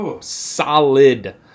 solid